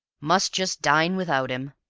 must just dine without him,